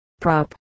Prop